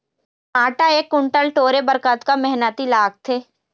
भांटा एक कुन्टल टोरे बर कतका मेहनती लागथे?